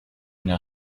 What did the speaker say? une